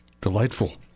Delightful